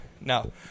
No